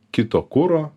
kito kuro